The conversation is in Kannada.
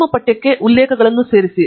ನಿಮ್ಮ ಪಠ್ಯಕ್ಕೆ ಉಲ್ಲೇಖಗಳನ್ನು ಸೇರಿಸಿ